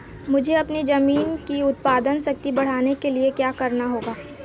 मुझे अपनी ज़मीन की उत्पादन शक्ति बढ़ाने के लिए क्या करना होगा?